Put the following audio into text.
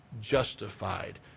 justified